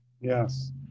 Yes